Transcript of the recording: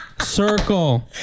Circle